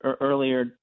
earlier